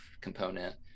component